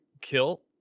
kill